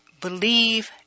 believe